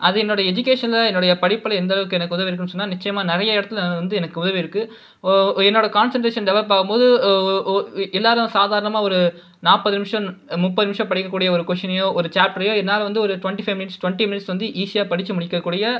அது என்னோட எஜுகேஷனில் என்னோடைய படிப்பில் எந்த அளவுக்கு எனக்கு உதவியிருக்குன்னு சொன்னால் நிச்சயமாக நிறைய இடத்துல அது வந்து எனக்கு உதவியிருக்கு என்னோட கான்சன்ட்ரேஷன் டெவலப் ஆகபோது எல்லாரும் சாதாரணமாக ஒரு நாற்பது நிமிஷ முப்பது நிமிஷ படிக்கக்கூடிய ஒரு கொஷினையோ ஒரு சாப்டரையோ என்னால் வந்து ஒரு twenty five minutes twenty minutes வந்து ஈஸியாக படிச்சு முடிக்கக்கூடிய